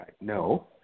No